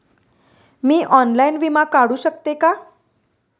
मी online विमा काढू शकते का?